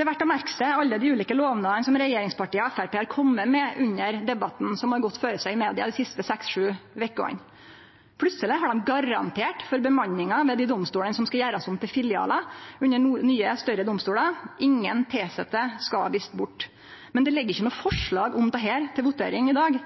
Det er verdt å merke seg alle dei ulike lovnadene som regjeringspartia og Framstegspartiet har kome med under debatten som har gått føre seg i media dei siste seks–sju vekene. Plutseleg har dei garantert for bemanninga ved dei domstolane som skal gjerast om til filialar under nye, større domstolar. Ingen tilsette skal visst bort. Men det ligg ikkje noko forslag om dette til votering i dag,